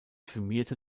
firmierte